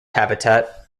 habitat